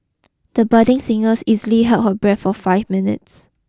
the budding singer easily held her breath for five minutes